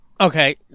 Okay